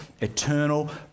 eternal